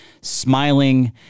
smiling